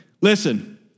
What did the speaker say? Listen